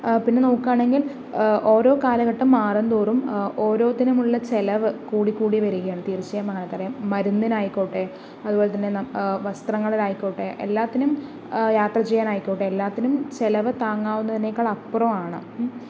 പിന്നെ നോക്കുകയാണെങ്കിൽ ഓരോ കാലഘട്ടം മാറുംതോറും ഓരോത്തിനും ഉള്ള ചിലവ് കൂടിക്കൂടി വരികയാണ് തീർച്ചയായും നമുക്കറിയാം മരുന്നിനായിക്കോട്ടെ അതുപോലെത്തന്നെ വസ്ത്രങ്ങളിൽ ആയിക്കോട്ടെ എല്ലാത്തിനും യാത്ര ചെയ്യാൻ ആയിക്കോട്ടെ എല്ലാത്തിനും ചിലവ് താങ്ങാവുന്നതിനേക്കാൾ അപ്പുറമാണ്